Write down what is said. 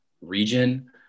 region